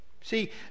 See